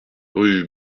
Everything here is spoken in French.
rue